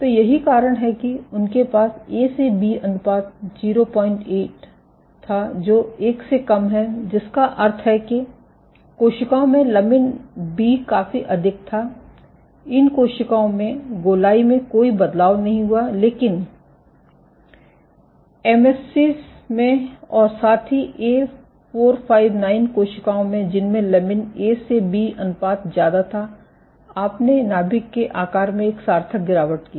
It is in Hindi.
तो यही कारण है कि उनके पास ए से बी अनुपात 08 था जो 1 से कम है जिसका अर्थ है कि इन कोशिकाओं में लमिन बी काफी अधिक था इन कोशिकाओं में गोलाई में कोई बदलाव नहीं हुआ लेकिन एमएससीस में और साथ ही A459 कोशिकाओं में जिनमें लमिन ए से बी अनुपात ज्यादा था आपने इस नाभिक के आकार में एक सार्थक गिरावट की